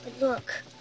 look